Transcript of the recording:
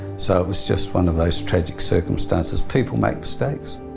so it was just one of those tragic circumstances people make mistakes.